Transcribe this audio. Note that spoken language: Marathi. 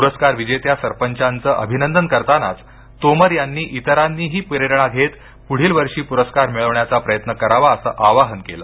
पुरस्कार विजेत्या सरपंचांचं अभिनंदन करतानाच तोमर यांनी इतरांनीही प्रेरणा घेत पुढील वर्षी प्रस्कार मिळवण्याचा प्रयत्न करावा असं आवाहन त्यांनी केलं